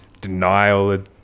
denial